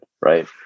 right